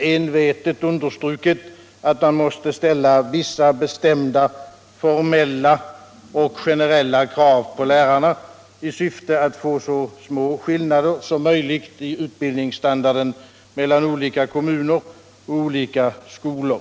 envetet understrukit att man måste ställa vissa formella och generella krav på lärarna i syfte att få så små skillnader som möjligt i utbildningsstandarden mellan olika kommuner och olika skolor.